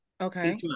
Okay